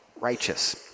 Righteous